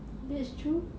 that is true